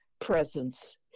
presence